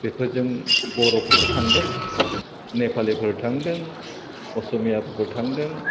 बेफोरजों बर'फोरबो थांदों निपालिफोर थांदों असमियाफोरबो थांदों